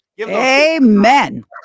Amen